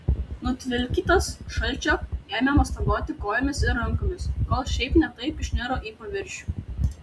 nutvilkytas šalčio ėmė mostaguoti kojomis ir rankomis kol šiaip ne taip išniro į paviršių